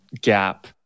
gap